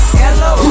hello